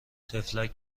طفلک